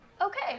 okay